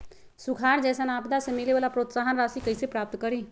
सुखार जैसन आपदा से मिले वाला प्रोत्साहन राशि कईसे प्राप्त करी?